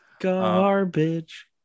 garbage